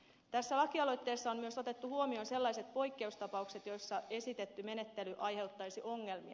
tässä lakialoitteessa on myös otettu huomioon sellaiset poikkeustapaukset joissa esitetty menettely aiheuttaisi ongelmia